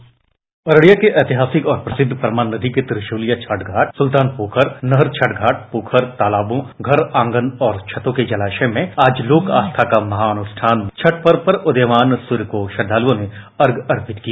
bite Araria PTC Araria के ऐतिहासिक और प्रसिद्ध परमान नदी त्रिशुलिया छठ घाट सुल्तान पोखरनहर छठ घाट पोखर तालाबों घर आंगन और छतों के जलाशय में आज लोक आस्था का महानुष्ठान छठ पर्व पर उदीयमान सूर्य को श्रद्वालुओं ने अर्घ्य अर्पित किया